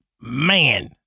man